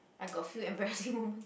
I got a few embarrassing moment